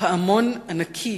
פעמון ענקי,